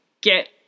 get